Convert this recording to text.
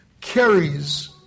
carries